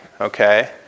Okay